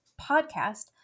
podcast